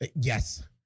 Yes